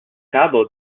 cabo